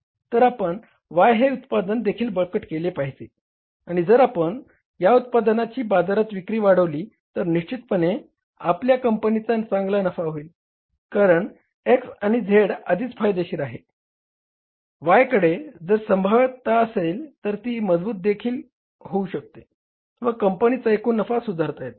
तर आपण Y हे उत्पादन देखील बळकट केले पाहिजे आणि जर आपण या उत्पादनाची बाजारात विक्री वाढविली तर निश्चितपणे आपल्या कंपनीचा चांगला नफा होईल कारण X आणि Z आधीच फायदेशीर आहेत Y कडे जर संभाव्यता असेल तर ती मजबूत देखील होऊ शकते व कंपनीचा एकूण नफा सुधारता येतो